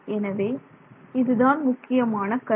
எனவே இதுதான் முக்கியமான கருத்து